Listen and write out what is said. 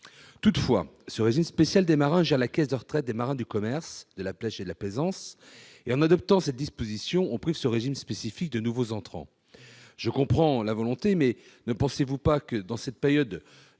Toutefois, le régime spécial des marins gère la caisse de retraite des marins du commerce, de la pêche et de la plaisance professionnelle. En adoptant cette disposition, on prive ce régime spécifique de nouveaux entrants. Je comprends la volonté que traduisent ces dispositions. Mais, dans cette période